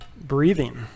breathing